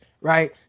Right